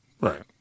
Right